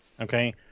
Okay